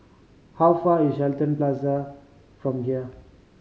how far is Shenton Plaza from here